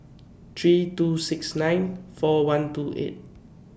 three two six nine four one two eight